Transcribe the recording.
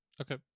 Okay